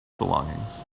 belongings